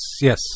yes